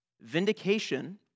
Vindication